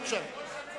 בבקשה.